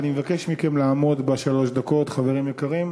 ואני מבקש מכם לעמוד בשלוש דקות, חברים יקרים,